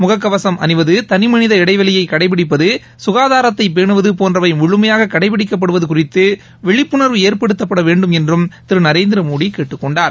முகக்கவசும் அணிவது தனிமனித இடைவெளியை கடைபிடிப்பது கனதாரத்தை பேனுவது போன்றவை முழுமையாக கடைபிடிக்கப்படுவது குறித்து விழிப்புனர்வு ஏற்படுத்தப்பட வேண்டும் என்றும் திரு நரேந்திர மோடி கேட்டுக் கொண்டார்